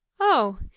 oh!